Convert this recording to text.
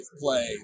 play